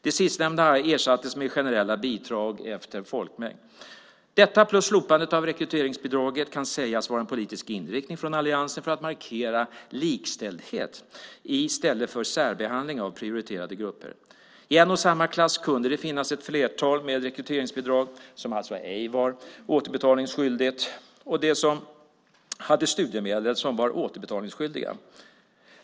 Det sistnämnda ersattes med generella bidrag efter folkmängd. Detta plus slopandet av rekryteringsbidraget kan sägas vara en politisk inriktning från alliansens sida för att markera likställdhet i stället för särbehandling av prioriterade grupper. I en och samma klass kunde det tidigare finnas ett flertal med rekryteringsbidrag som alltså ej var återbetalningsskyldiga och andra som hade studiemedel och som var återbetalningsskyldiga.